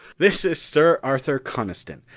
this is sir arthur coniston,